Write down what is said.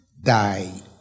die